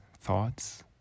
thoughts